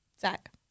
Zach